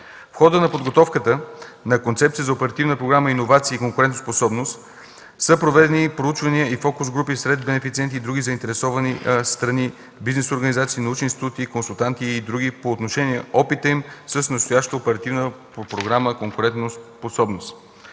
В хода на подготовката на концепция за Оперативна програма „Иновации и конкурентоспособност” са проведени проучвания и фокус групи сред бенефициенти и други заинтересовани страни, бизнес организации, научни институти, консултанти и други по отношение опита им с настоящата Оперативна програма „Конкурентоспособност”.